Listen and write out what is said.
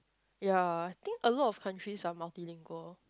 ya I think a lot of countries are multi-lingual